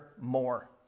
more